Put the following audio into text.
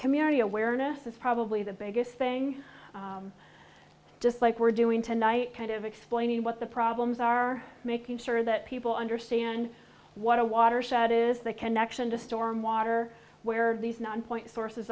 community awareness is probably the biggest thing just like we're doing tonight kind of explaining what the problems are making sure that people understand what a watershed is the connection to storm water where these non point sources